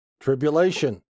Tribulation